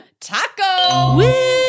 taco